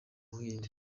buhinde